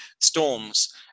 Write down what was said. storms